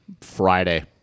friday